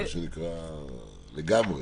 מה-שנקרא, לגמרי.